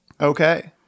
Okay